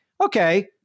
okay